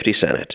senate